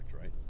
right